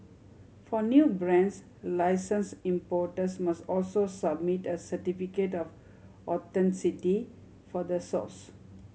for new brands license importers must also submit a certificate of authenticity for the source